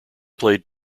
played